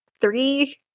three